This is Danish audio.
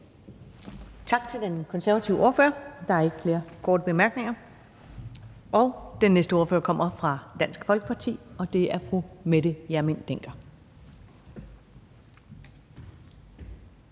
Tak til den konservative ordfører. Der er ikke flere korte bemærkninger. Den næste ordfører kommer fra Dansk Folkeparti, og det er fru Mette Hjermind Dencker.